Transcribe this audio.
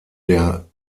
der